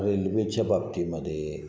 रेल्वेच्या बाबतीमध्ये